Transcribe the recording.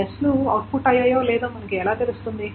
s లు output అయ్యాయో లేదో మనకు ఎలా తెలుస్తుంది